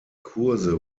kurse